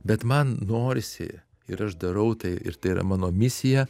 bet man norisi ir aš darau tai ir tai yra mano misija